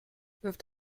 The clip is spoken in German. wirft